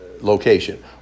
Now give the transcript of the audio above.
location